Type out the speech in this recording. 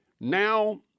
Now